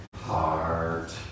heart